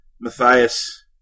Matthias